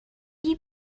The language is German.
die